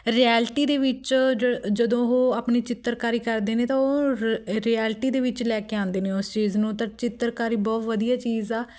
reality ਦੇ ਵਿੱਚ ਜ ਜਦੋਂ ਉਹ ਆਪਣੀ ਚਿੱਤਰਕਾਰੀ ਕਰਦੇ ਨੇ ਤਾਂ ਉਹ ਰ ਰਿਐਲਟੀ ਦੇ ਵਿੱਚ ਲੈ ਕੇ ਆਉਂਦੇ ਨੇ ਉਸ ਚੀਜ਼ ਨੂੰ ਤਾਂ ਚਿੱਤਰਕਾਰੀ ਬਹੁਤ ਵਧੀਆ ਚੀਜ਼ ਆ